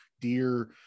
deer